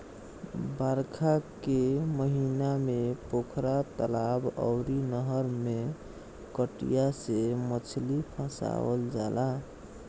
बरखा के महिना में पोखरा, तलाब अउरी नहर में कटिया से मछरी फसावल जाला